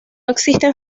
existen